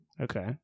Okay